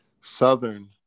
Southern